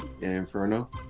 Inferno